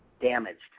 damaged